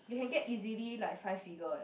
they can get easily like five figure eh